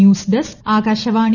news desk Akashvani